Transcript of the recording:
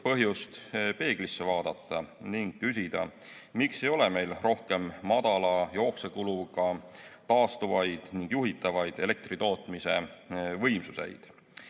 põhjust peeglisse vaadata ning küsida, miks ei ole meil rohkem madala jooksevkuluga taastuvaid ja juhitavaid elektritootmise võimsuseid.